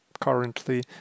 currently